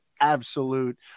absolute